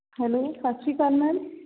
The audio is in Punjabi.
ਹੈਲੋ ਸਤਿ ਸ਼੍ਰੀ ਅਕਾਲ ਮੈਮ